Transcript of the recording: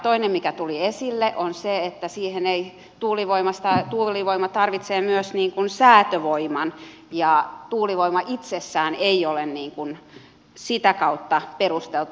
toinen mikä tuli esille on se että tuulivoima tarvitsee myös säätövoiman ja tuulivoima itsessään ei ole sitä kautta perusteltua